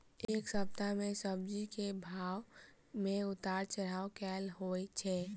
एक सप्ताह मे सब्जी केँ भाव मे उतार चढ़ाब केल होइ छै?